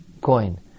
coin